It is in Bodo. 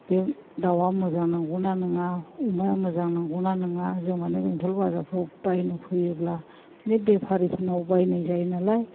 बे दाउआ मोजां नंगौ ना नङा अमाया मोजां नंगौना नङा जों माने बेंथल बाजारफ्राव बायनो फैयोब्ला बे बेफारिफोरनाव बायनाय जायोनालाय